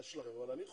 אבל אני חושב,